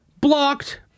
Blocked